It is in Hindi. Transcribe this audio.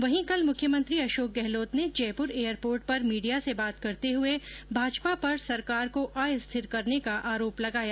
वहीं कल मुख्यमंत्री अशोक गहलोत ने जयपुर एयरपोर्ट पर मीडिया से बात करते हुए भाजपा पर सरकार को अस्थिर करने का आरोप लगाया